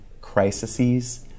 crises